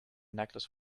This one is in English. necklace